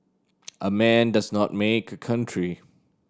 a man does not make a country